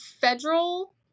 federal